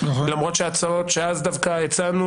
למרות שההצעות שאז דווקא הצענו,